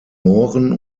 mooren